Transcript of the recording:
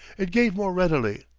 it gave more readily,